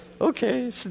okay